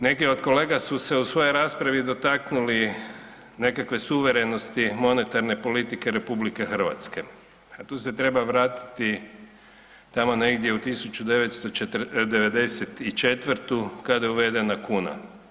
Neke od kolega su se u svojoj raspravi dotaknuli nekakve suverenosti monetarne politike RH, a tu se treba vratiti tamo negdje u 1994. kada je uvedena kuna.